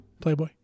Playboy